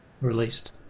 released